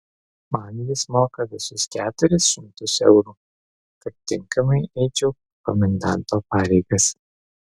man jis moka visus keturis šimtus eurų kad tinkamai eičiau komendanto pareigas